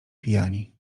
pijani